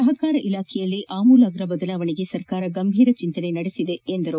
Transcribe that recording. ಸಹಕಾರ ಇಲಾಖೆಯಲ್ಲಿ ಅಮೂಲಾಗ್ರ ಬದಲಾವಣೆಗೆ ಸರ್ಕಾರ ಗಂಭೀರ ಚಿಂತನೆ ನಡೆಸಿದೆ ಎಂದರು